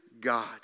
God